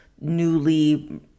newly